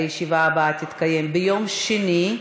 הישיבה הבאה תתקיים ביום שני,